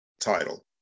title